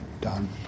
Done